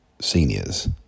Seniors